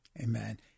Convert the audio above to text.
Amen